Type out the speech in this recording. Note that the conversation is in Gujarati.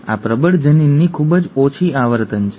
આ પ્રબળ જનીનની ખૂબ જ ઓછી આવર્તન છે